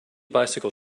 bicycle